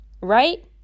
right